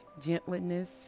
gentleness